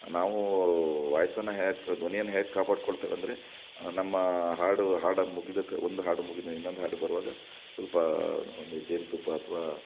ನಾವು ವಾಯ್ಸನ್ನು ಹೇಗಗೆ ಧ್ವನಿಯನ್ನು ಹೇಗೆ ಕಾಪಾಡ್ಕೊಳ್ತೇವೆ ಅಂದರೆ ನಮ್ಮ ಹಾಡು ಹಾಡು ಮುಗಿದಕ್ಕೆ ಒಂದು ಹಾಡು ಮುಗಿದು ಇನ್ನೊಂದು ಹಾಡು ಬರುವಾಗ ಸ್ವಲ್ಪ ಒಂದು ಜೇನುತುಪ್ಪ ಅಥವಾ